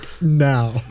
now